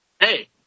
Hey